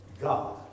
God